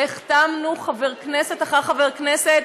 והחתמנו חבר כנסת אחר חבר כנסת,